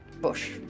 bush